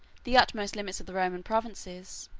the utmost limits of the roman provinces